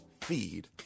feed